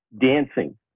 dancing